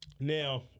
Now